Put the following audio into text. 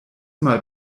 mal